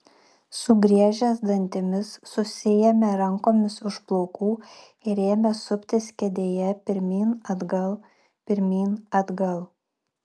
sugriežęs dantimis susiėmė rankomis už plaukų ir ėmė suptis kėdėje pirmyn atgal pirmyn atgal